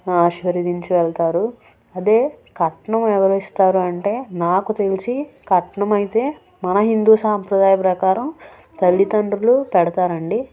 ఆశీర్వదించి వెళ్తారు అదే కట్నం ఎవరు ఇస్తారు అంటే నాకు తెలిసి కట్నం అయితే మన హిందూ సంప్రదాయ ప్రకారం తల్లిదండ్రులు పెడతారండి